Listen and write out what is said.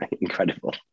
incredible